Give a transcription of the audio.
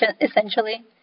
Essentially